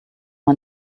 man